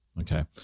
Okay